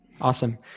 Awesome